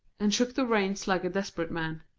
and shook the reins like a desperate man.